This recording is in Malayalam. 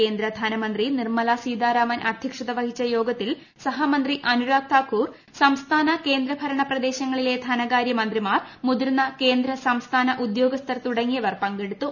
കേന്ദ്ര ധനകാര്യമന്ത്രി നിർമ്മലാ സീതാരാമൻ അദ്ധ്യക്ഷത വഹിച്ചു യോഗത്തിൽ സഹമന്ത്രി അനുരാഗ് താക്കൂർ സംസ്ഥാന കേന്ദ്രഭരണ പ്രദേശങ്ങളിലെ ധനകാര്യമന്ത്രിമാർ മുതിർന്ന കേന്ദ്ര സംസ്ഥാന ഉദ്യോഗസ്ഥർ തുടങ്ങിയവർ പങ്കെടുത്തു